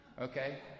okay